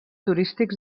turístics